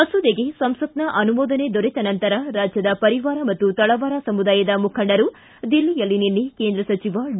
ಮಸೂದೆಗೆ ಸಂಸತ್ನ ಅನುಮೋದನೆ ದೊರೆತ ನಂತರ ರಾಜ್ಯದ ಪರಿವಾರ ಮತ್ತು ತಳವಾರ ಸಮುದಾಯದ ಮುಖಂಡರು ದಿಲ್ಲಿಯಲ್ಲಿ ನಿನ್ನೆ ಕೇಂದ್ರ ಸಚಿವ ಡಿ